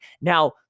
Now